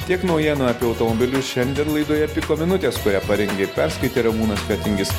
tiek naujienų apie automobilius šiandien laidoje piko minutės kurią parengė ir perskaitė ramūnas fetingis